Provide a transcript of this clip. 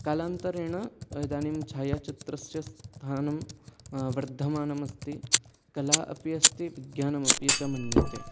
कालान्तरेण इदानीं छायाचित्रस्य स्थानं वर्धमानम् अस्ति कला अपि अस्ति विज्ञानम् अपि च मन्यते